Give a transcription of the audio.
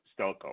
Stelco